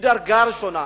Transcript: מדרגה ראשונה,